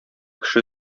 кеше